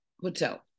hotel